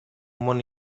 món